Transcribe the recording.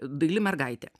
daili mergaitė